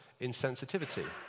insensitivity